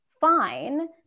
fine